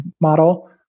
model